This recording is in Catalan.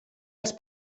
els